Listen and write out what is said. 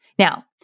Now